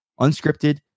Unscripted